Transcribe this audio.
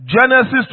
Genesis